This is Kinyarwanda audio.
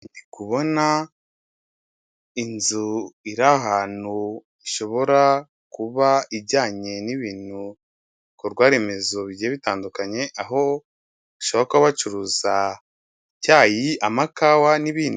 Ndi kubona inzu iri ahantu hashobora kuba ijyanye n'ibintu, ibikorwaremezo bigiye bitandukanye, aho bishoboka ko bacuruza icyayi, amakawa n'ibindi.